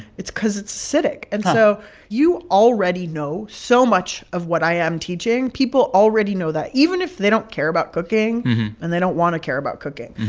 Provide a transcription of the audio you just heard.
it's because it's acidic. and so you already know so much of what i am teaching. people already know that, even if they don't care about cooking and they don't want to care about cooking.